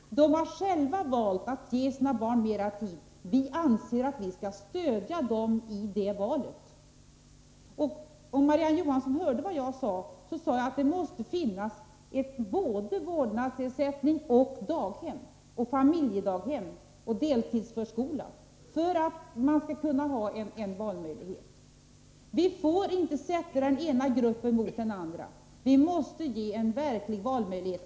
De har själva valt att ge sina barn mera tid. Vi anser att vi skall stödja dem i det valet. Jag hoppas att Marie-Ann Johansson hörde att jag sade att det måste finnas såväl vårdnadsersättning som daghem, familjedaghem och deltidsförskola för att man skall kunna ha valmöjlighet. Vi får inte sätta den ena gruppen mot den andra, utan vi måste ge en verklig valmöjlighet.